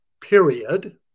period